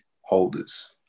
holders